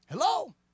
Hello